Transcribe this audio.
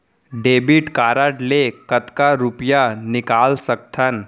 Debit card ले कतका रुपिया निकाल सकथन?